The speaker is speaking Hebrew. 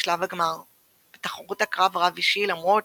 לשלב הגמר בתחרות הקרב רב אישי למרות